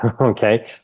Okay